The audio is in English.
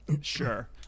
Sure